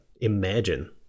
imagine